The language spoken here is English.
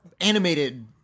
animated